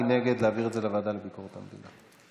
מי נגד להעביר את זה לוועדה לביקורת המדינה?